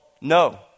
No